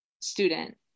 student